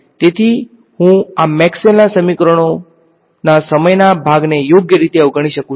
તેથી હું આ મેક્સવેલના સમીકરણોના સમયના ભાગને યોગ્ય રીતે અવગણી શકું છું